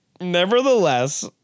Nevertheless